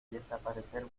desaparecer